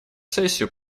сессию